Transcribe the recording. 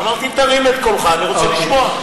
אמרתי: תרים את קולך, אני רוצה לשמוע.